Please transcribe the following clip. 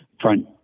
front